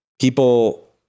people